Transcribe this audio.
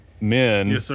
men